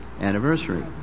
anniversary